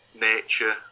nature